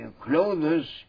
clothes